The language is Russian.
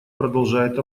продолжает